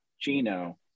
Gino